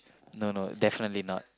no no definitely not